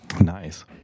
Nice